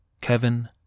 Kevin